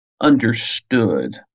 understood